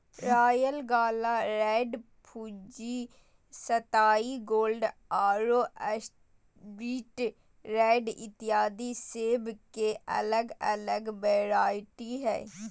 royal Gala, red Fuji, सताई gold आरो sweet red इत्यादि सेब के अलग अलग वैरायटी हय